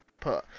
put